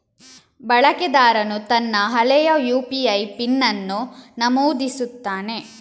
ಬಳಕೆದಾರನು ತನ್ನ ಹಳೆಯ ಯು.ಪಿ.ಐ ಪಿನ್ ಅನ್ನು ನಮೂದಿಸುತ್ತಾನೆ